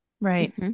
Right